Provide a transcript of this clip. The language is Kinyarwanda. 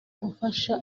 gufasha